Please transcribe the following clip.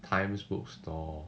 Times bookstore